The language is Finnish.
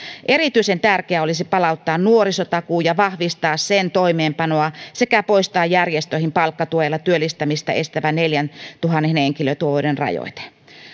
erityisen tärkeää olisi palauttaa nuorisotakuu ja vahvistaa sen toimeenpanoa sekä poistaa järjestöihin palkkatuella työllistämistä estävän neljäntuhannen henkilötyövuoden rajoite